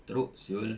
teruk [siol]